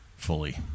fully